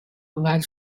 white